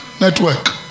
network